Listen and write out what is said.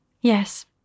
Yes